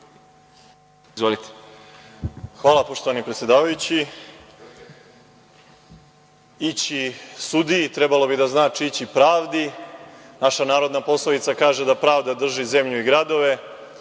Obradović** Hvala poštovani predsedavajući. Ići sudiji, trebalo bi da znači, ići pravdi. Naša narodna poslovica kaže – da pravda drži zemlju i gradove,